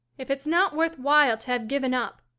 if it's not worth while to have given up,